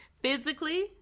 physically